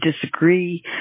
disagree